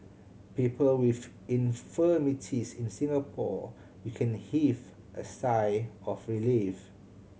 people with infirmities in Singapore you can heave a sigh of relief